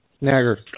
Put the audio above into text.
Nagger